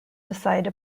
decide